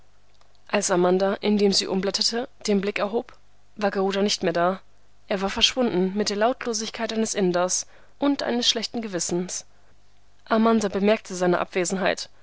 als amanda indem sie umblätterte den blick erhob war garuda nicht mehr da er war verschwunden mit der lautlosigkeit eines inders und eines schlechten gewissens amanda bemerkte seine abwesenheit